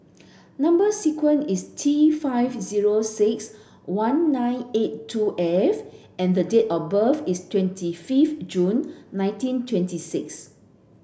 number sequence is T five zero six one nine eight two F and the date of birth is twenty fifth June nineteen twenty six